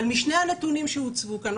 אבל משני הנתונים שהוצגו כאן,